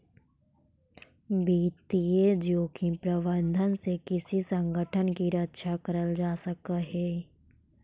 वित्तीय जोखिम प्रबंधन से किसी संगठन की रक्षा करल जा सकलई हे